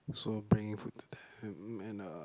so bringing food to them and uh